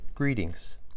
Greetings